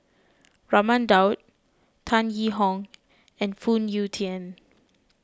Raman Daud Tan Yee Hong and Phoon Yew Tien